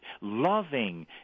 loving